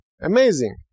Amazing